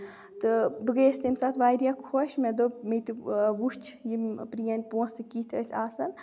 تہٕ بہٕ گٔیس تَمہِ ساتہٕ واریاہ خۄش مےٚ دوٚپ مےٚ تہِ وٕچھ یِم پرٲنۍ پونسہٕ کِتھ ٲسۍ آسان